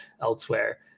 elsewhere